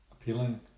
appealing